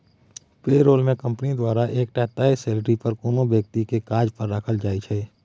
पे role मे company द्वारा एकटा तय सेलरी पर कोनो बेकती केँ काज पर राखल जाइ छै